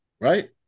right